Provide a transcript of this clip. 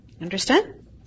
Understand